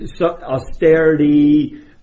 austerity